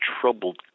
troubled